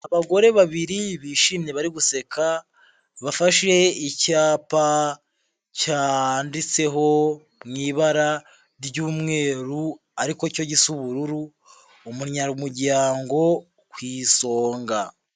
Abagore babiri bishimye bari guseka, bafashe icyapa cyanditseho mu ibara ry'umweru ariko cyo gisa ubururu, umunyamuryango ku isonga.